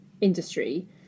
industry